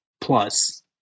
plus